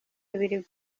bibiri